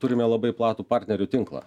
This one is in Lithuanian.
turime labai platų partnerių tinklą